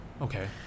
Okay